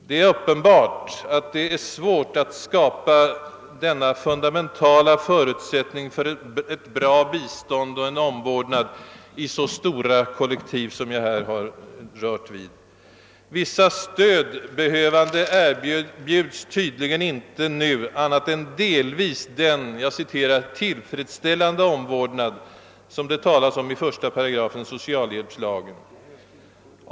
Det är uppenbart att det är svårt att skapa denna fundamentala förutsättning för ett bra bistånd och god omvårdnad i så stora kollektiv som jag här har berört. Vissa stödbehövande erbjuds tydligen nu inte annat än delvis »tillfredsställande» omvårdnad, som det talas om i 1 § socialhjälpslagen.